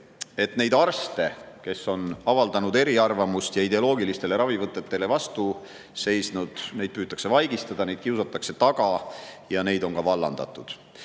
et neid arste, kes on avaldanud eriarvamust ja ideoloogilistele ravivõtetele vastu seisnud, püütakse vaigistada, neid kiusatakse taga ja neid on ka vallandatud. Ja